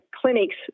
clinics